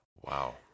Wow